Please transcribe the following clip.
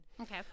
Okay